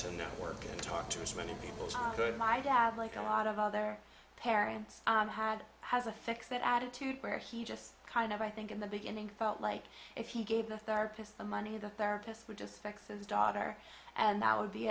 to network and talk to so many people childhood my dad like a lot of other parents had has a fix it attitude where he just kind of i think in the beginning felt like if he gave the therapist the money the therapist would just fix his daughter and that would be